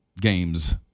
games